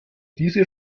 diese